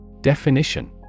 Definition